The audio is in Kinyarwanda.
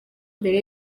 mbere